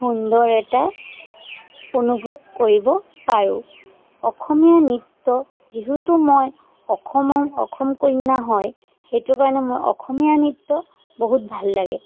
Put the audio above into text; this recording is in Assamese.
সুন্দৰ এটা অনুভৱ কৰিব পাৰোঁ অসমীয়া নৃত্য যিহেতু মই অসমৰ অসম কন্যা হয় সেইটো কাৰণে মোৰ অসমীয়া নৃত্য বহুত ভাল লাগে